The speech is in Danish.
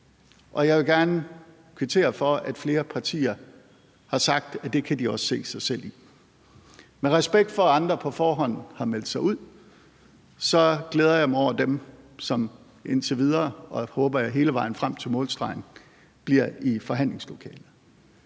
og jeg vil gerne kvittere for, at flere partier har sagt, at det kan de også se sig selv i. Med respekt for, at andre på forhånd har meldt sig ud, glæder jeg mig over dem, som indtil videre og, håber jeg, hele vejen frem til målstregen bliver i forhandlingslokalet.